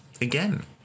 again